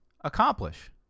accomplish